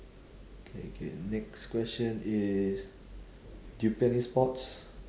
K K next question is do you play any sports